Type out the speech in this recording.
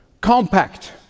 Compact